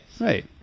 right